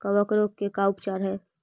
कबक रोग के का उपचार है?